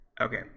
Okay